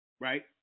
Right